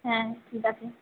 হ্য়াঁ ঠিক আছে